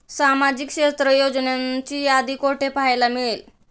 सामाजिक क्षेत्र योजनांची यादी कुठे पाहायला मिळेल?